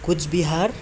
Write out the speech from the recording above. Cooch Behar